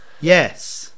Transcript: yes